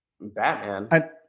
Batman